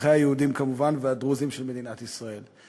אזרחיה היהודים, כמובן, והדרוזים של מדינת ישראל.